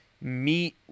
meet